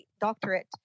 doctorate